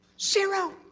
Zero